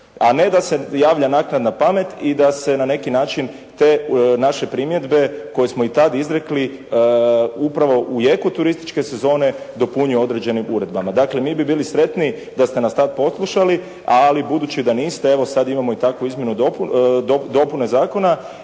a ne da se javlja naknadna pamet i da se na neki način te naše primjedbe koje smo i tada izrekli, upravo u jeku turističke sezone dopunjuju određenim uredbama. Dakle mi bi bili sretniji da ste nas tada poslušali, ali budući da niste evo sada imamo i takve dopune zakona